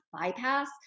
bypass